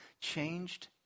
Changed